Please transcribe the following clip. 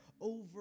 Over